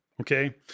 Okay